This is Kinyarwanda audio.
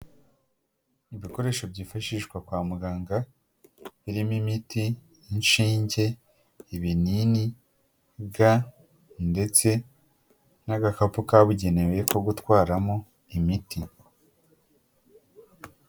Ibikoresho byifashishwa kwa muganga, birimo imiti, inshinge, ibinini, ndetse n' agakapu kabugenewe ko gutwaramo imiti.